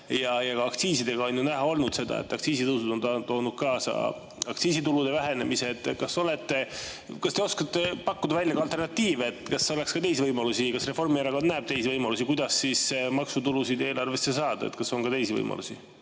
Ka aktsiiside puhul on ju näha olnud, et aktsiisitõusud on toonud kaasa aktsiisitulude vähenemise. Kas te oskate pakkuda välja alternatiive? Kas oleks ka teisi võimalusi? Kas Reformierakond näeb teisi võimalusi, kuidas maksutulusid eelarvesse saada? Kas on teisi võimalusi?